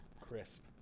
Crisp